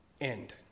end